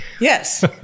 Yes